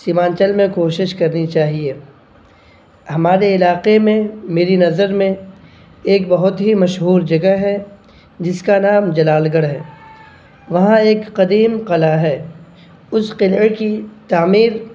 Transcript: سیمانچل میں کوشش کونی چاہیے ہمارے علاقے میں میری نظر میں ایک بہت ہی مشہور جگہ ہے جس کا نام جلال گڑھ ہے وہاں ایک ایک قدیم قلعہ ہے اس قلعے کی تعمیر